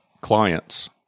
clients